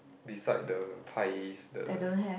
beside the pies the